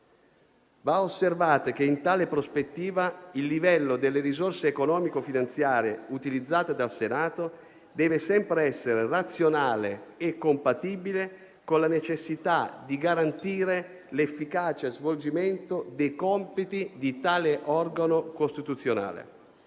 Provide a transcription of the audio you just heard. Va osservato che in tale prospettiva il livello delle risorse economico-finanziarie utilizzate dal Senato deve sempre essere razionale e compatibile con la necessità di garantire l'efficace svolgimento dei compiti di tale organo costituzionale.